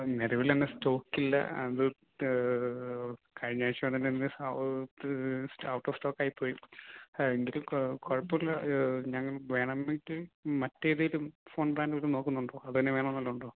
നിലവിൽ അങ്ങനെ സ്റ്റോക്കില്ല അത് കഴിഞ്ഞാഴ്ച്ചയോടെ തന്നെ ഈ അതിൻ്റെ സ്റ്റോക്ക് ഔട്ട് ഓഫ് സ്റ്റോക്കായിപ്പോയി എൻ്റെ ഒരു കുഴപ്പമില്ല ഞങ്ങൾ വേണമെങ്കിൽ മറ്റേതേലും ഫോൺ ബ്രാൻഡ് വല്ലതും നോക്കുന്നുണ്ടോ അത് തന്നെ വേണമെന്ന് വല്ലതും ഉണ്ടോ